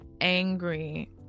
angry